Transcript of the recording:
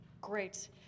Great